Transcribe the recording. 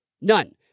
none